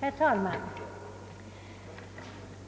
Herr talman!